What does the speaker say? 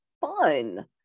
Fun